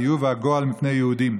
התיעוב והגועל מפני יהודים.